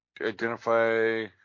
identify